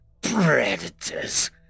predators